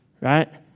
Right